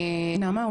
נעמה,